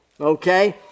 Okay